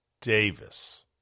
Davis